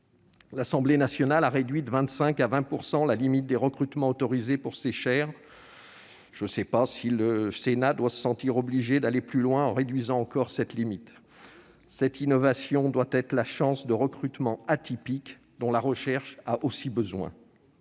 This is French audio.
L'Assemblée nationale a réduit de 25 % à 20 % la limite des recrutements autorisés pour ces chaires. Je ne pense pas que le Sénat doit se sentir obligé d'aller plus loin en réduisant encore cette limite. Cette innovation nous offre une chance de faire des recrutements atypiques dont la recherche a aussi besoin.